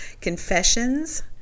confessions